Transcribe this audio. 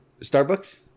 Starbucks